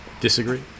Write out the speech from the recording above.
disagree